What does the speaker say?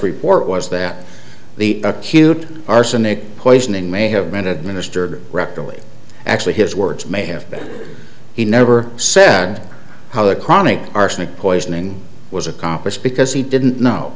report was that the acute arsenic poisoning may have been administered rectally actually his words may have been he never said how the chronic arsenic poisoning was accomplished because he didn't know